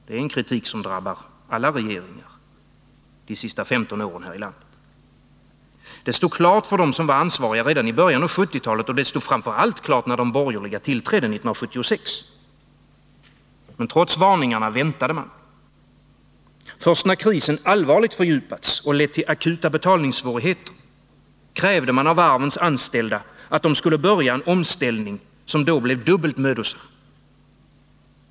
Det är en kritik som drabbar alla regeringar här i landet under de senaste 15 åren. Det stod klart för dem som var ansvariga redan i början av 1970-talet. Det stod klart, när de borgerliga tillträdde 1976. Men trots varningarna väntade man. Först när krisen allvarligt fördjupats och lett till akuta betalningssvårigheter krävde man av varvens anställda att de skulle börja en omställning, som då blev dubbelt mödosam.